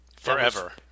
Forever